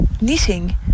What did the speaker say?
knitting